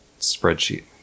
spreadsheet